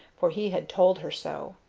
for he had told her so.